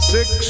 Six